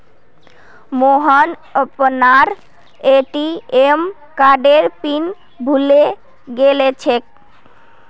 मोहन अपनार ए.टी.एम कार्डेर पिन भूले गेलछेक